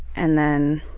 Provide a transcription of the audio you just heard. and then